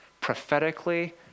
prophetically